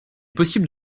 possible